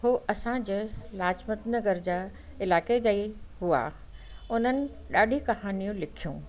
हो असांजे लजपत नगर जा इलाइक़े जा ई हुआ उननि ॾाढी कहानियूं लिखियूं